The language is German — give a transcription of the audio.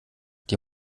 die